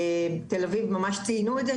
תל אביב ממש ציינו את זה,